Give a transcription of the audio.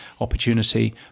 opportunity